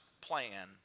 plan